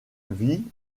vit